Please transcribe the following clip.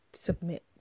submit